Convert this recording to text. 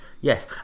yes